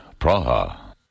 Praha